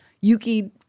Yuki